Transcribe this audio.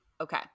Okay